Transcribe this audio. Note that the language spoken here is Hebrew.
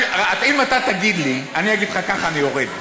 אם אתה תגיד לי, אני אגיד לך ככה אני יורד.